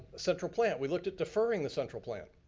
central plant, we looked at deferring the central plant.